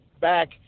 back